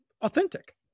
authentic